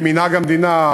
כמנהג המדינה,